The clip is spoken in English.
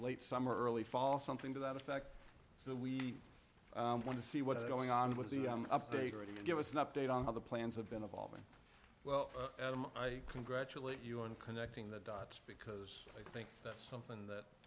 late summer early fall something to that effect so we want to see what is going on with the update already and give us an update on how the plans have been evolving well i congratulate you on connecting the dots because i think that's something that